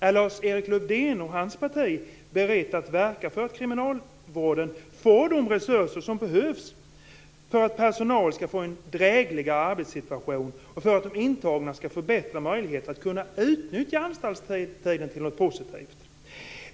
Är Lars Erik Lövdén och hans parti berett att verka för att kriminalvården får de resurser som behövs för att personalen skall få en drägligare arbetssituation och för att de intagna skall få bättre möjligheter att utnyttja anstaltstiden till något positivt?